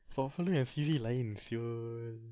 portfolio and C_V lain [siol]